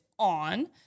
on